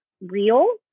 real